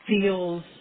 feels